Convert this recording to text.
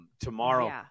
tomorrow